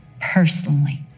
personally